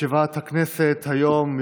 דברי הכנסת חוברת כ"ו ישיבה קכ"ח הישיבה